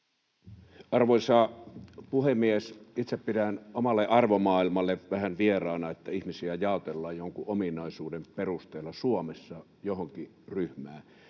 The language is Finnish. Arvoisa puhemies! Itse pidän omalle arvomaailmalle vähän vieraana, että ihmisiä jaotellaan jonkun ominaisuuden perusteella Suomessa johonkin ryhmään.